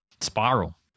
spiral